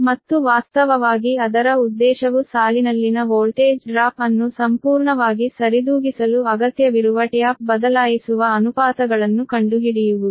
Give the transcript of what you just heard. ಮತ್ತು ವಾಸ್ತವವಾಗಿ ಅದರ ಉದ್ದೇಶವು ಸಾಲಿನಲ್ಲಿನ ವೋಲ್ಟೇಜ್ ಡ್ರಾಪ್ ಅನ್ನು ಸಂಪೂರ್ಣವಾಗಿ ಸರಿದೂಗಿಸಲು ಅಗತ್ಯವಿರುವ ಟ್ಯಾಪ್ ಬದಲಾಯಿಸುವ ಅನುಪಾತಗಳನ್ನು ಕಂಡುಹಿಡಿಯುವುದು